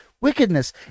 wickedness